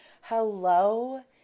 hello